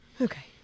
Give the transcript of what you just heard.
Okay